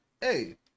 hey